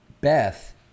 beth